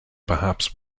perhaps